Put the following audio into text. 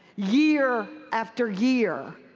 year after year.